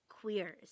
queers